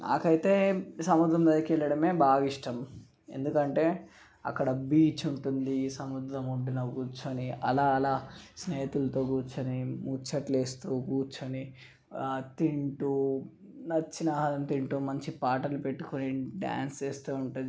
నాకైతే సముద్రందగ్గరకెళ్ళడమే బాగా ఇష్టం ఎందుకంటే అక్కడ బీచ్ ఉంటుంది సముద్రం ఒడ్డున కూర్చొని అలా అలా స్నేహితులతో కూర్చొని ముచ్చట్లేస్తూ కూర్చొని తింటూ నచ్చినాహారం తింటూ మంచి పాటలు పెట్టుకొని డ్యాన్స్ వేస్తే ఉంటుంది చూడండి